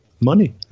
money